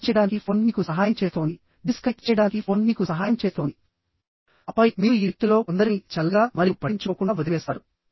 connect చేయడానికి phone మీకు సహాయం చేస్తోంది డిస్కనెక్ట్ చేయడానికి ఫోన్ మీకు సహాయం చేస్తోంది ఆపై మీరు ఈ వ్యక్తులలో కొందరిని చల్లగా మరియు పట్టించుకోకుండా వదిలివేస్తారు